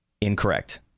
Incorrect